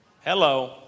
Hello